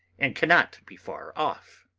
and cannot be far off.